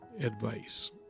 advice